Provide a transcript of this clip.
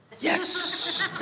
Yes